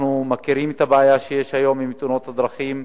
אנחנו מכירים את הבעיה שיש היום עם תאונות הדרכים,